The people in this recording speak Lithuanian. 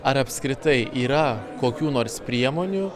ar apskritai yra kokių nors priemonių